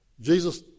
Jesus